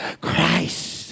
Christ